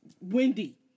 Wendy